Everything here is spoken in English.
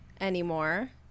anymore